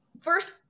first